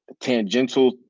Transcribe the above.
tangential